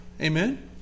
Amen